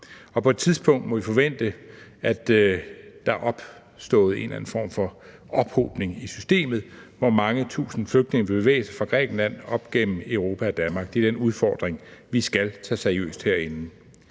på et tidspunkt må vi forvente, at der er opstået en eller anden form for ophobning i systemet, hvor mange tusinde flygtninge bevæger sig fra Grækenland op gennem Europa og Danmark. Det er den udfordring, vi skal tage seriøst herinde.